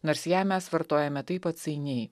nors ją mes vartojame taip atsainiai